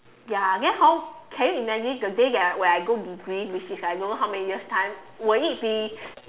ya because hor can you imagine the day that I when I got degree which is I don't know how many years time will it be